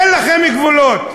אין לכם גבולות.